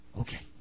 okay